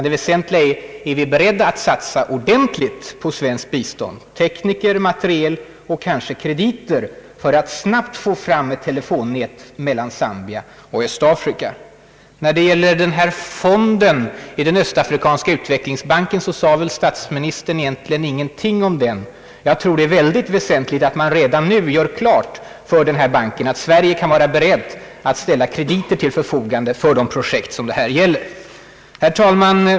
Det väsentliga är ju att vi är beredda att satsa ordentligt på svenskt bistånd — tekniker, materiel och kanske krediter — för att snabbt få fram ett telefonnät mellan Zambia och Östafrika. I fråga om fonden i den östafrikanska utvecklingsbanken sade statsministern egentligen ingenting. Jag tror att det är mycket väsentligt att man redan nu gör klart för banken att Sverige kan vara berett att ställa krediter till förfogande för de projekt det här gäller. Herr talman!